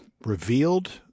revealed